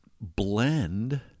blend